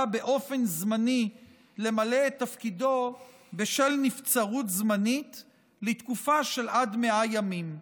באופן זמני למלא את תפקידו בשל נבצרות זמנית לתקופה של עד 100 ימים.